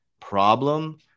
Problem